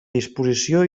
disposició